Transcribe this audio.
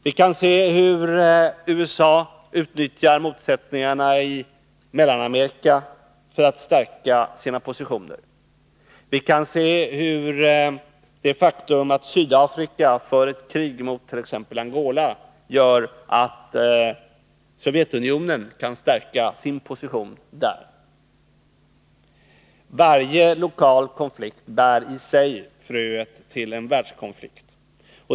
Vi kan se hur USA utnyttjar motsättningarna i Mellanamerika för att stärka sina positioner. Vi kan se hur det faktum att Sydafrika för ett krig mot Angola gör att Sovjetunionen kan stärka sin position där. Varje lokal konflikt bär alltså i sig fröet till en världskonflikt.